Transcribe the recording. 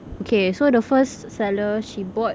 okay so the first seller she bought